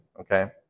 okay